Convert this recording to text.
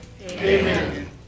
Amen